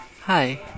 Hi